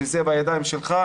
שזה בידיים שלך,